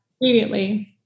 immediately